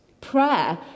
Prayer